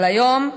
אבל היום,